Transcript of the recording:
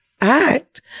act